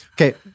Okay